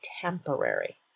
temporary